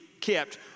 kept